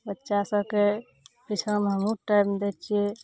बच्चा सबके पीछाँमे हमहुॅं टाइम दै छियै